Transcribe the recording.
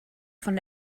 von